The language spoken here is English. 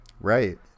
right